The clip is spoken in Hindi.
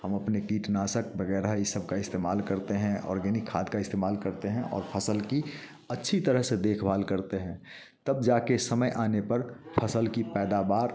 हम अपने कीटनाशक बगैरह इन सबका का इस्तेमाल करते हैं ऑर्गेनिक खाद का इस्तेमाल करते हैं और फसल की अच्छी तरह से देखभाल करते हैं तब जाके समय आने पर फसल की पैदावार